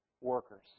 workers